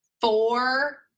four